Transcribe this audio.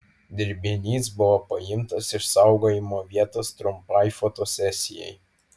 dirbinys buvo paimtas iš saugojimo vietos trumpai fotosesijai